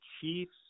Chiefs